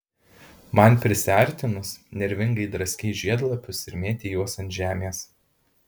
man prisiartinus nervingai draskei žiedlapius ir mėtei juos ant žemės